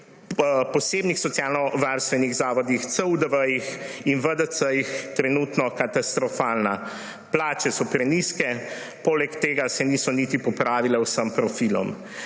posebnih socialnovarstvenih zavodih, CUDV in VDC trenutno katastrofalna. Plače so prenizke, poleg tega se niso niti popravile vsem profilom.